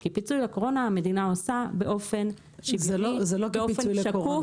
כי פיצוי לקורונה המדינה עושה באופן שוויוני ובאופן שקוף.